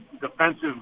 defensive